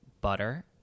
butter